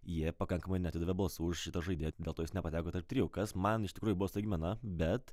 jie pakankamai neatidavė balsų už šitą žaidėją dėl to jis nepateko tarp trijų kas man iš tikrųjų buvo staigmena bet